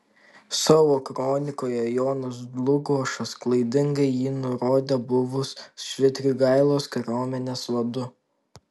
savo kronikoje jonas dlugošas klaidingai jį nurodė buvus švitrigailos kariuomenės vadu